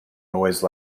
noise